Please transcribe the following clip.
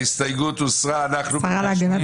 הצבעה ההסתייגות לא התקבלה.